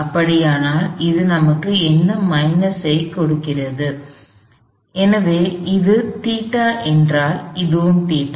அப்படியானால் அது நமக்கு என்ன மைனஸைக் கொடுக்கிறது எனவே இது ϴ என்றால் இதுவும் ϴ